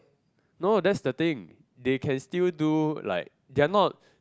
no that's the thing they can still do like they are not